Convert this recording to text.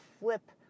flip